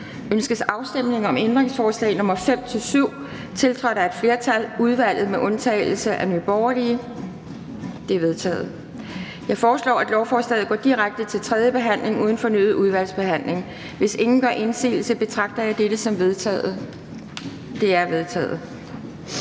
Ønskes afstemning om ændringsforslag nr. 5-7, tiltrådt af et flertal (udvalget med undtagelse af Nye Borgerlige)? De er vedtaget. Jeg foreslår, at lovforslaget går direkte til tredje behandling uden fornyet udvalgsbehandling. Hvis ingen gør indsigelse, betragter jeg dette som vedtaget. Det er vedtaget.